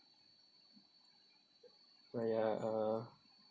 but ya uh